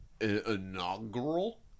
inaugural